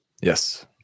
Yes